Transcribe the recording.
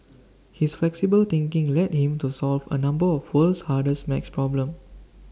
his flexible thinking led him to solve A number of the world's hardest maths problems